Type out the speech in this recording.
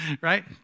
right